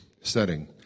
setting